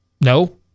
no